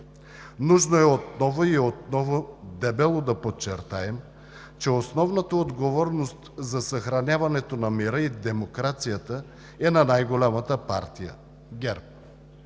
Нужно е отново и отново дебело да подчертаем, че основната отговорност за съхраняването на мира и демокрацията е на най-голямата партия – ГЕРБ.